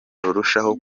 rurushaho